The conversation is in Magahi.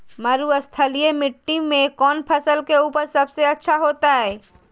मरुस्थलीय मिट्टी मैं कौन फसल के उपज सबसे अच्छा होतय?